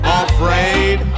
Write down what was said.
afraid